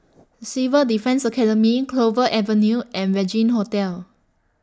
Civil Defence Academy Clover Avenue and Regin Hotel